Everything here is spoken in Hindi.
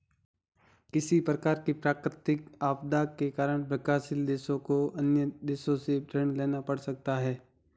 किसी प्रकार की प्राकृतिक आपदा के कारण विकासशील देशों को अन्य देशों से ऋण लेना पड़ सकता है